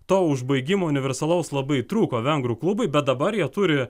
to užbaigimo universalaus labai trūko vengrų klubui bet dabar jie turi